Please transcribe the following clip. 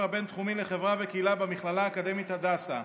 הבין-תחומי לחברה וקהילה במכללה האקדמית הדסה.